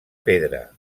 pedra